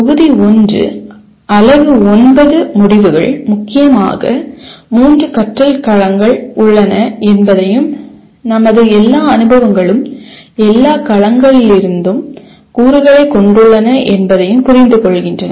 தொகுதி 1 அலகு 9 முடிவுகள் முக்கியமாக மூன்று கற்றல் களங்கள் உள்ளன என்பதையும் நமது எல்லா அனுபவங்களும் எல்லா களங்களிலிருந்தும் கூறுகளைக் கொண்டுள்ளன என்பதையும் புரிந்துகொள்கின்றன